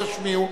תשמיעו,